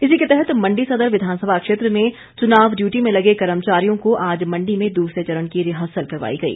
इसी के तहत मण्डी सदर विधानसभा क्षेत्र में चुनाव डियूटी में लगे कर्मचारियों को आज मण्डी में दूसरे चरण की रिहर्सल करवाई गई